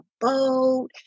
boat